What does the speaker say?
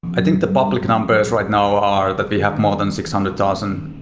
i think the public numbers right now are that they have more than six hundred thousand.